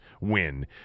win